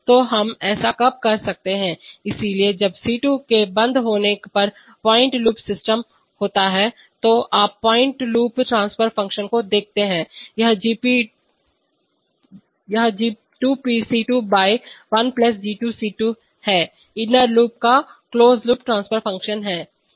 तो हम ऐसा कब कर सकते हैं इसलिए जब C2 के बंद होने पर पॉइंट लूप सिस्टम होता है तो आप पॉइंट लूप ट्रांसफर फ़ंक्शन को देखते हैं यह G2C2 बाय 1 G2C2 है इनर लूप का क्लोज्ड लूप ट्रांसफर फ़ंक्शन है